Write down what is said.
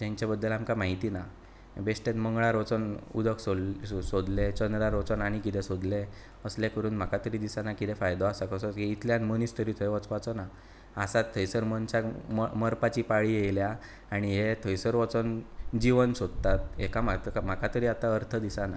तेंच्या बद्दल आमकां म्हायती ना बेश्टेच मंगळार वचून उदक सोड सोदलें चंद्रार वचून आनीक कितें सोदलें असलें करून म्हाका तरी दिसना किदें फायदो आसा कसो इतल्यान मनीस तरी थंय वचपाचो ना आसात थंयसर मनशांक मरपाची पाळी येयल्या आनी हे थंयसर वोचोन जीवन सोदतात येका म्हाका तरी आतां अर्थ दिसना